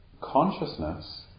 consciousness